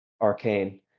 arcane